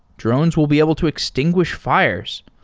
drones will be able to extinguish fires.